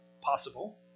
Possible